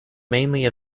mainly